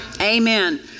Amen